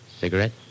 Cigarette